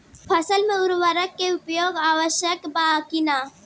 फसल में उर्वरक के उपयोग आवश्यक बा कि न?